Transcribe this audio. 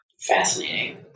Fascinating